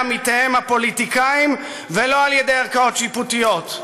עמיתיהם הפוליטיקאים ולא על-ידי ערכאות שיפוטיות.